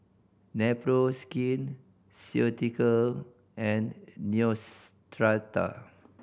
Nepro Skin Ceutical and Neostrata